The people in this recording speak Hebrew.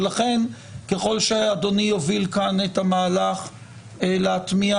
לכן ככל שאדוני יוביל כאן את המהלך להטמיע